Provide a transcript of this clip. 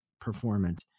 performance